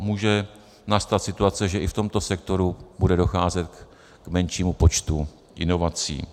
Může nastat situace, že i v tomto sektoru bude docházet k menšímu počtu inovací.